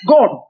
God